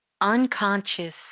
unconscious